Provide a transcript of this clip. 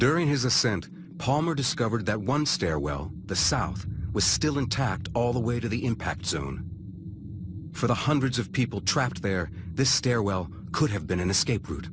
during his ascent palmer discovered that one stairwell the side was still intact all the way to the impact zone for the hundreds of people trapped there this stairwell could have been an escape route